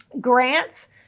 grants